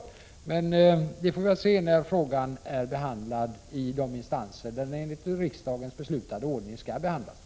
Vi får se när frågan är behandlad i de instanser som den enligt den av riksdagen beslutade ordningen skall behandlas i.